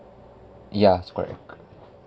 ya correct